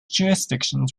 jurisdictions